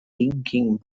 inking